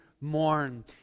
mourn